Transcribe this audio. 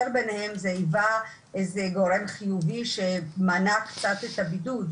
ביניהם זה היווה איזה שהוא גורם חיובי שמנע קצת את הבידוד.